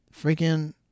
Freaking